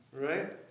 Right